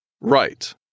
Right